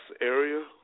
area